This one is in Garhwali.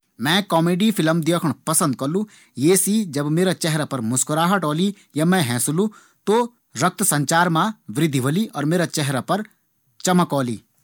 मैं कॉमेडी फ़िल्म देख्णु पसंद करलु। ये से ज़ब मेरा चेहरा पर मुस्कुराहट ऑली या मैं हेंसलू त रक्तसंचार मा वृद्धि होली और मेरा चेहरा पर चमक ओली।